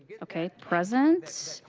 okay, present.